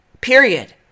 Period